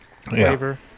flavor